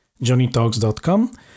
johnnytalks.com